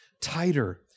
tighter